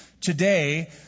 Today